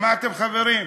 שמעתם, חברים?